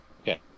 Okay